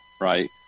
right